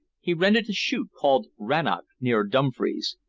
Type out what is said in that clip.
he rented a shoot called rannoch, near dumfries.